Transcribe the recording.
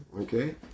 okay